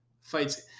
Fights